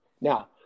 now